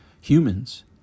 humans